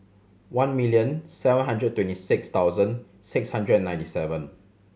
one million seven hundred twenty six thousand six hundred and ninety seven